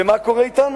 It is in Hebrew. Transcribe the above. ומה קורה אתנו?